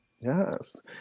Yes